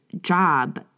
job